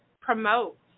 promote